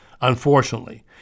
Unfortunately